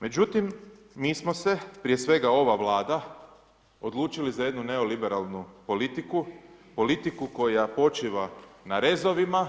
Međutim, mi smo se prije svega ova Vlada, odlučili za jednu neoliberalnu politiku, politiku koja počiva na rezovima,